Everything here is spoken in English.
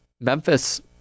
Memphis